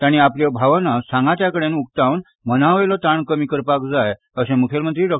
तांणी आपल्यो भावना सांगात्यांकडेन उकतावन मनावयलो ताण कमी करपाक जाय अशें म्ख्यमंत्री डॉ